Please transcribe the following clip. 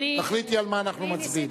תחליטי על מה אנחנו מצביעים.